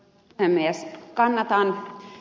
kannatan ed